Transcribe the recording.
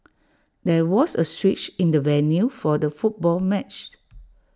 there was A switch in the venue for the football match